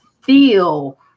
feel